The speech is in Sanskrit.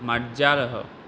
मार्जालः